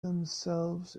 themselves